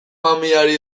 mamiari